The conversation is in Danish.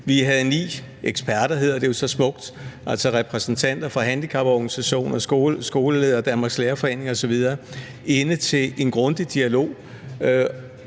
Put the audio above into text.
Vi havde ni eksperter, som det jo så smukt hedder, altså repræsentanter for handicaporganisationer, skoleledere, Danmarks Lærerforening osv., inde til en grundig dialog.